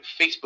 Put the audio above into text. Facebook